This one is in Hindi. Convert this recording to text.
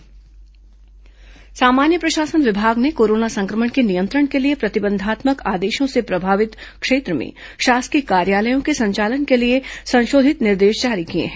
सरकारी कार्यालय निर्देश सामान्य प्रशासन विभाग ने कोरोना संक्रमण के नियंत्रण के लिए प्रतिबंधात्मक आदेशों से प्रभावित क्षेत्र में शासकीय कार्यालयों के संचालन के लिए संशोधित निर्देश जारी किए हैं